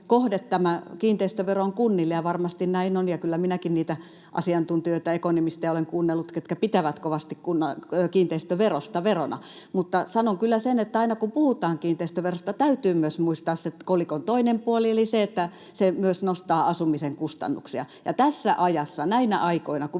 kohde tämä kiinteistövero on kunnille, ja varmasti näin on, ja kyllä minäkin niitä asiantuntijoita, ekonomisteja olen kuunnellut, ketkä pitävät kovasti kiinteistöverosta verona. Mutta sanon kyllä sen, että aina kun puhutaan kiinteistöverosta, täytyy muistaa myös se kolikon toinen puoli eli se, että se myös nostaa asumisen kustannuksia. Ja tässä ajassa, näinä aikoina, kun